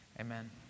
Amen